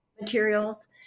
materials